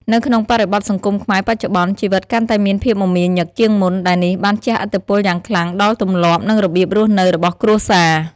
នៅក្នុងបរិបទសង្គមខ្មែរបច្ចុប្បន្ន ជីវិតកាន់តែមានភាពមមាញឹក ជាងមុន ដែលនេះបានជះឥទ្ធិពលយ៉ាងខ្លាំងដល់ទម្លាប់ និងរបៀបរស់នៅរបស់គ្រួសារ។